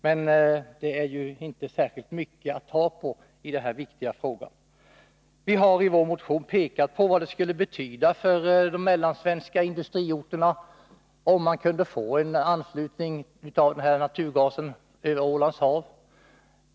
Men det är ju inte särskilt mycket att ta på i denna viktiga fråga. Vi har i vår motion pekat på vad det skulle betyda för de mellansvenska industriorterna, om man kunde få en anslutning av naturgas över Ålands hav.